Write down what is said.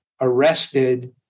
arrested